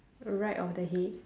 right of the hay